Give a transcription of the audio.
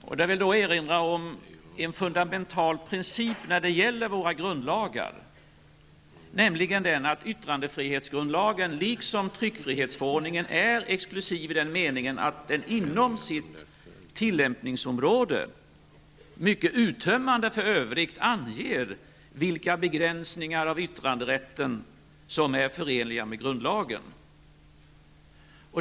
Jag vill då erinra om en fundamental princip när det gäller våra grundlagar, nämligen den att yttrandefrihetsgrundlagen, liksom tryckfrihetsförordningen, är exlusiv i den meningen att den inom sitt tillämpningsområde mycket uttömmande anger vilka begränsningar av yttranderätten som är förenliga med grundlagen.